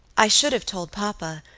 i should have told papa,